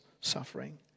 suffering